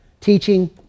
teaching